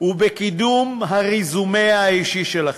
ובקידום הרזומה האישי שלכם,